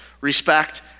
respect